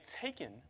taken